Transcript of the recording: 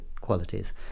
qualities